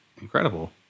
incredible